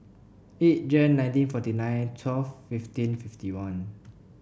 eight Jan nineteen forty nine twelve fifteen fifty one